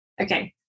Okay